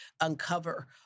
uncover